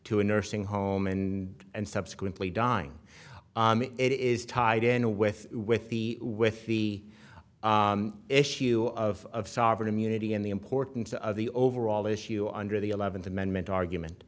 to a nursing home and and subsequently dying it is tied in with with the with the issue of sovereign immunity and the importance of the overall issue under the eleventh amendment argument